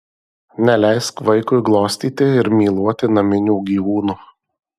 neleisk vaikui glostyti ir myluoti naminių gyvūnų